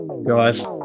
Guys